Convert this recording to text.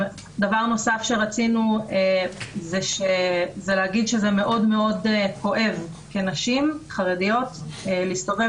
דבר נוסף שרצינו להגיד הוא שזה מאוד-מאוד כואב כנשים חרדיות להסתובב